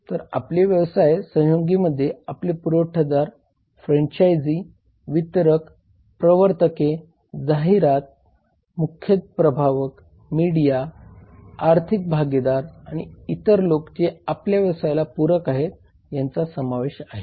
तर आपले व्यवसाय सहयोगींमध्ये आपले पुरवठादार फ्रेंचायजी वितरक प्रवर्तक जाहिरातदार मुख्य प्रभावक मीडिया आर्थिक भागीदार आणि इतर लोक जे आपल्या व्यवसायाला पूरक आहेत यांचा समावेश आहे